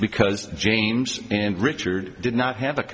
because james and richard did not have a